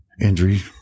injury